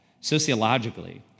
sociologically